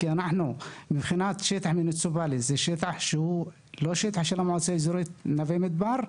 כי מבחינת השטח המוניציפלי זה אינו שטח של המועצה האזורית נווה מדבר,